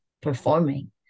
performing